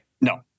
No